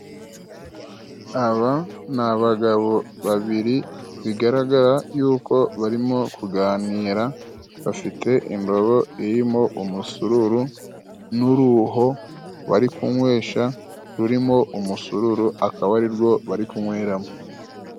Aba nabagabo babiri bigaragara yuko barimo kuganira. Bafite imbago irimo umusururu n'uruho bari kunywesha rurimo umusururu, akaba ari rwo bari kunyweramo.